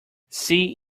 see